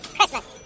Christmas